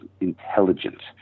intelligent